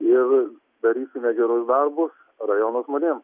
ir darysime gerus darbus rajono žmonėms